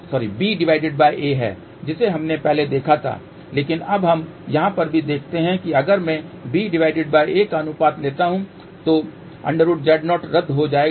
तो जो कि ba है जिसे हमने पहले देखा था लेकिन अब हम यहाँ पर भी देखते हैं कि अगर मैं ba का अनुपात लेता हूँ तो √Z0 रद्द हो जाएगा